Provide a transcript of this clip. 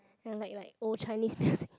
and like like old Chinese music